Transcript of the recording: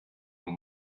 mehr